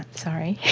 sorry.